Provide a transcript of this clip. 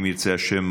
אם ירצה השם,